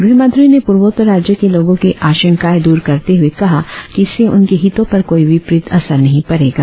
गृहमंत्री ने पूर्वोत्तर राज्यों के लोगों की आशंकाएं दूर करते हुए कहा कि इससे उनके हितों पर कोई विपरित असर नहीं पड़ेगा